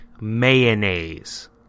mayonnaise